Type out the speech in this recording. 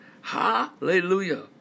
Hallelujah